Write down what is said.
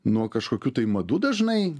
nuo kažkokių tai madų dažnai